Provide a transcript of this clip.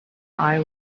eye